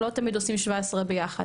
לא תמיד עושים 17 ביחד.